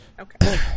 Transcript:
Okay